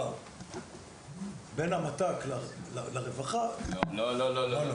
בין המת"ק לרווחה --- לא, לא, לא,